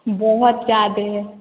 बहुत ज़्यादा है